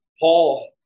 Paul